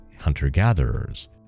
hunter-gatherers